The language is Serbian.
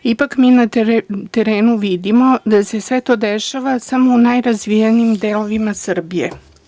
Ipak mi na terenu vidimo da se sve to dešava samo u najrazvijenijim delovima Srbije.